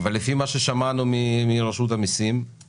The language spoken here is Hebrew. ערן יעקב כותב לך שאישורו של המוסד מותנה בכך